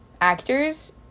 actors